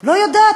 לא יודעת.